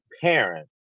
parent